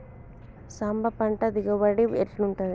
సాంబ పంట దిగుబడి ఎట్లుంటది?